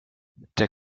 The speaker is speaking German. der